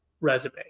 resume